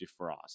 defrost